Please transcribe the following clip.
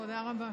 תודה רבה.